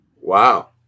Wow